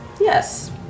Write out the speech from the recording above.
Yes